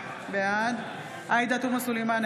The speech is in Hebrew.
בעד עאידה תומא סלימאן,